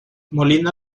molina